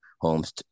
homes